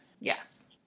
yes